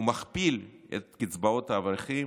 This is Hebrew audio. ומכפיל את קצבאות האברכים,